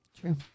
True